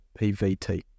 PVT